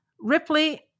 Ripley